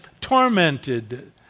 tormented